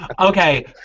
Okay